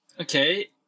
Okay